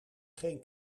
geen